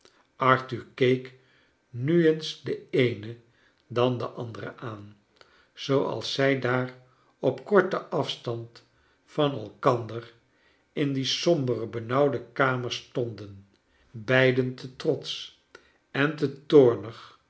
arthur keek nu eens de eene dan de andere aan zooals zij daar op korten af stand van elkander in die sombere benauwde kamer stonden beiden te trotsch en te toornig